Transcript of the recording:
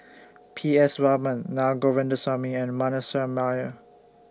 P S Raman Naa Govindasamy and Manasseh Meyer